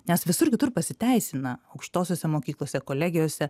nes visur kitur pasiteisina aukštosiose mokyklose kolegijose